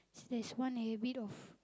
there's one a bit of